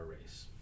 race